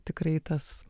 tikrai tas